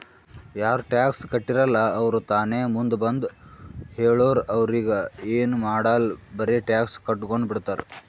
ಯಾರು ಟ್ಯಾಕ್ಸ್ ಕಟ್ಟಿರಲ್ಲ ಅವ್ರು ತಾನೇ ಮುಂದ್ ಬಂದು ಹೇಳುರ್ ಅವ್ರಿಗ ಎನ್ ಮಾಡಾಲ್ ಬರೆ ಟ್ಯಾಕ್ಸ್ ಕಟ್ಗೊಂಡು ಬಿಡ್ತಾರ್